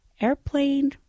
airplane